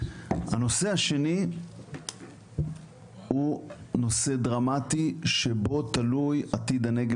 הנושא השני הוא הוא נושא דרמטי שבו תלוי עתיד הנגב